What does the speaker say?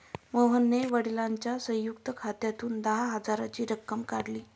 मोहनने वडिलांच्या संयुक्त खात्यातून दहा हजाराची रक्कम काढली